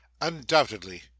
undoubtedly